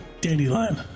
Dandelion